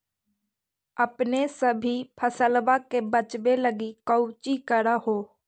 अपने सभी फसलबा के बच्बे लगी कौची कर हो?